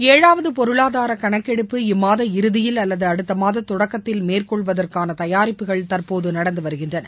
ஏழாவது பொருளாதார கணக்கெடுப்பு இம்மாத இறுதியில் அல்லது அடுத்தமாத தொடக்கத்தில் மேற்கொள்வதற்கான தயாரிப்புகள் தற்போது நடந்து வருகின்றன